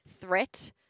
threat